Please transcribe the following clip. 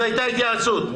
הייתה התייעצות.